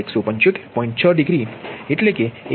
6 degree 1